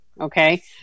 okay